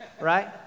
right